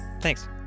Thanks